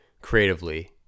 creatively